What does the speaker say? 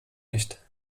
nicht